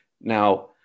Now